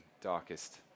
darkest